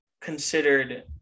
considered